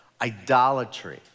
idolatry